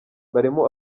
barimo